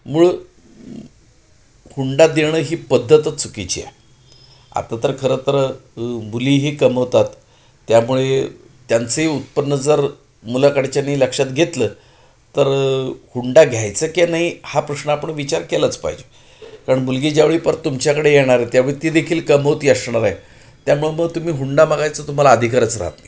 मुळ हुंडा देणं ही पद्धतच चुकीची आहे आता तर खरं तर मुलीही कमवतात त्यामुळे त्यांचंही उत्पन्न जर मुलाकडच्यानी लक्षात घेतलं तर हुंडा घ्यायचा की नाही हा प्रश्न आपण विचार केलाच पाहिजे कारण मुलगी ज्यावेळी परत तुमच्याकडे येणारे त्यामुळे ती देखील कमवती असणार आहे त्यामुळे मग तुम्ही हुंडा मागायचं तुम्हाला अधकारच राहात नाही